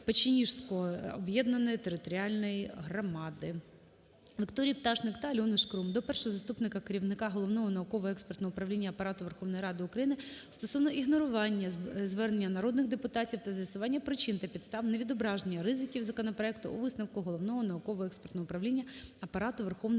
Печеніжинської об’єднаної територіальної громади. Вікторії Пташник та Альони Шкрум до Першого заступника керівника Головного науково-експертного управління Апарату Верховної Ради України стосовно ігнорування звернення народних депутатів та з'ясування причин та підстав невідображення ризиків законопроекту у висновку Головного науково-експертного управління